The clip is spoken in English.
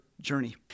journey